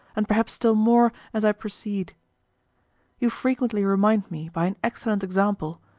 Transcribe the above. and perhaps still more, as i proceed you frequently remind me, by an excellent example,